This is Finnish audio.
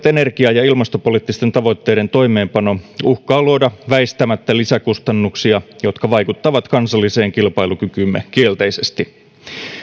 energia ja ilmastopoliittisten tavoitteiden toimeenpano uhkaa luoda väistämättä lisäkustannuksia jotka vaikuttavat kansalliseen kilpailukykyymme kielteisesti